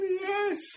Yes